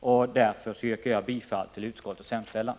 Jag yrkar bifall till utskottets hemställan.